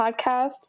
podcast